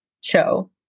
show